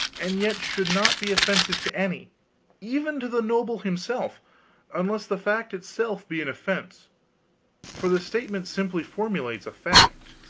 and yet should not be offensive to any even to the noble himself unless the fact itself be an offense for the statement simply formulates a fact.